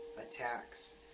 attacks